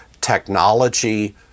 technology